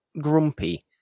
grumpy